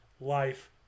Life